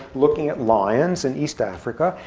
looking at lions in east africa.